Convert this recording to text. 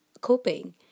coping